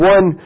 One